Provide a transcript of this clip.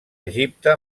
egipte